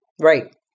Right